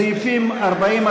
סעיפים 40,